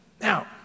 Now